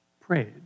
prayed